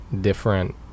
different